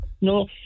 no